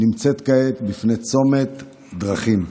נמצאת כעת בפני צומת דרכים,